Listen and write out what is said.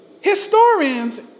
historians